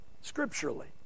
scripturally